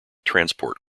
transport